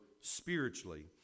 spiritually